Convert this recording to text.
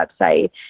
website